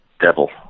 devil